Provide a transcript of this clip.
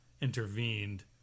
intervened